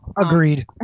agreed